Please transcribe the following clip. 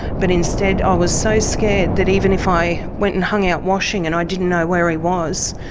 but instead i was so scared that even if i went and hung out washing and i didn't know where he was,